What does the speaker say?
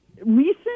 recent